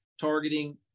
targeting